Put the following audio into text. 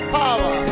power